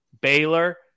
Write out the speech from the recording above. Baylor